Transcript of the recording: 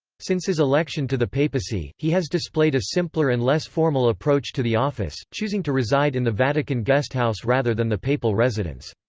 since his election to the papacy, he has displayed a simpler and less formal approach to the office, choosing to reside in the vatican guesthouse rather than the papal residence.